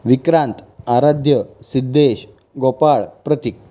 Vikrant Aradhya Siddhesh Gopal Pratik